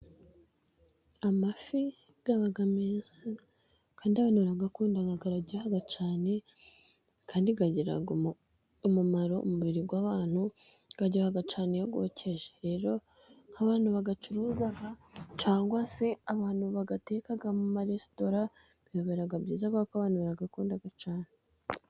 Amafi aba meza kandi abantu barayakunda araryoha cyane, kandi agira umumaro mu mubiri w'abantu. Aryoha cyane iyo yokeje, rero nk'abantu bayacuruza cyangwa se abantu bayateka mu maresitora, bibabera byiza kuko abana barayakunda cyane.